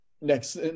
next